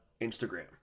Instagram